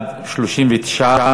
התשע"ג 2013, לוועדת הכלכלה נתקבלה.